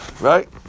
Right